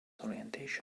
orientation